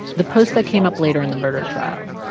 the post that came up later in the murder trial,